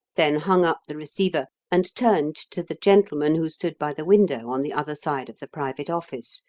then hung up the receiver and turned to the gentleman who stood by the window on the other side of the private office,